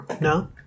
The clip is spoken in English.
No